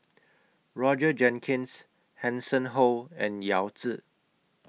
Roger Jenkins Hanson Ho and Yao Zi